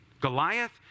Goliath